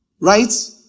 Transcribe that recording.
Right